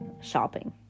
shopping